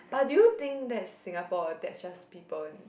but do you think that's Singapore that's just people